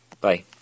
Bye